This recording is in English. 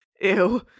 Ew